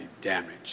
damaged